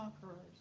conquerors